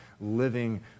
living